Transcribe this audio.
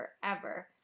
forever